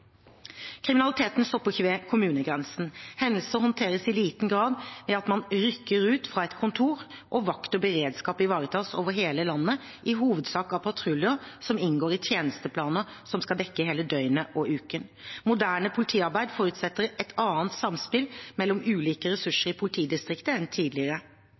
Kriminaliteten stopper ikke ved kommunegrensen. Hendelser håndteres i liten grad ved at man rykker ut fra et kontor, og vakt og beredskap ivaretas over hele landet i hovedsak av patruljer som inngår i tjenesteplaner som skal dekke hele døgnet og uken. Moderne politiarbeid forutsetter et annet samspill mellom ulike ressurser i politidistriktet enn tidligere.